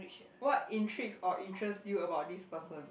what intrigues or interests you about this person